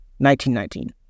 1919